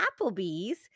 Applebee's